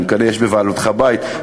אני מקווה שיש בבעלותך בית,